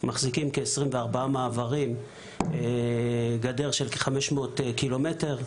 מחזיקים כ-24 מעברים וגדר של כ-500 ק"מ.